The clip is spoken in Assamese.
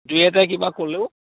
দুই এটাই কিবা ক'লেও